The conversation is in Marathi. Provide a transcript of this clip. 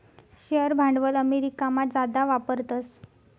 शेअर भांडवल अमेरिकामा जादा वापरतस